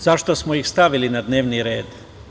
Zašto smo ih stavili na dnevni red?